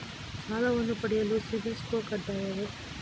ಸಾಲವನ್ನು ಪಡೆಯಲು CIBIL score ಕಡ್ಡಾಯವೇ?